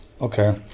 Okay